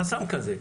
חסם כזה,